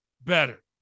better